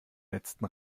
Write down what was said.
letzten